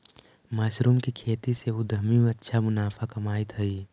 mushroom के खेती से उद्यमी अच्छा मुनाफा कमाइत हइ